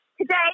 today